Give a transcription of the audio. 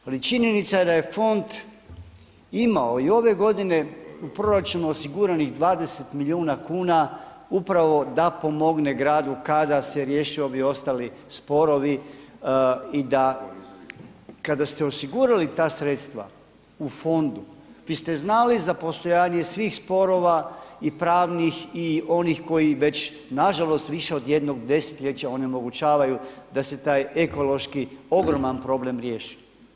Ali činjenica je da je fond imao i ove godine u proračunu osiguranih 20 milijuna kuna upravo da pomogne gradu kada se riješe ovi ostali sporovi i da kada ste osigurali ta sredstva u fondu, vi ste znali za postojanje svih sporova i pravnih onih koji već nažalost više od jednog desetljeća onemogućavaju da se taj ekološki ogroman problem riješi.